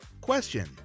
Question